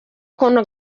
ukuntu